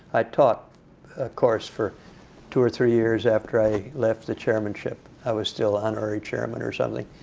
i taught a course for two or three years after i left the chairmanship. i was still honorary chairman or something.